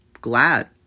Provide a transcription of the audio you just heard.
glad